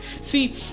See